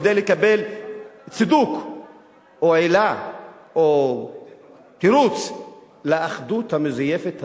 כדי לקבל צידוק או עילה או תירוץ לאחדות המזויפת הזו,